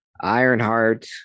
Ironheart